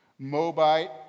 Mobite